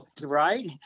Right